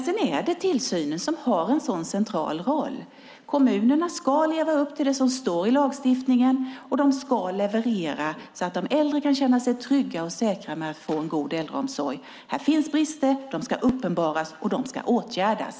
Sedan har tillsynen en central roll. Kommunerna ska leva upp till det som står i lagstiftningen, och de ska leverera, så att de äldre kan känna sig trygga och säkra på att få en god äldreomsorg. Här finns brister. De ska uppenbaras och åtgärdas.